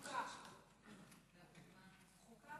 חוקה.